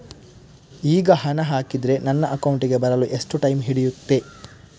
ಈಗ ಹಣ ಹಾಕಿದ್ರೆ ನನ್ನ ಅಕೌಂಟಿಗೆ ಬರಲು ಎಷ್ಟು ಟೈಮ್ ಹಿಡಿಯುತ್ತೆ?